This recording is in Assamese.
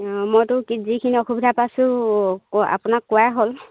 অঁ মইতো যিখিনি অসুবিধা পাইছোঁ আপোনাক কোৱাই হ'ল